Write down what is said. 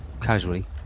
Casually